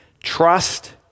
Trust